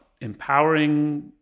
empowering